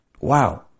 Wow